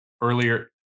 earlier